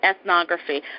Ethnography